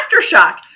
aftershock